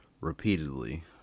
repeatedly